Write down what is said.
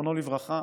זיכרונו לברכה.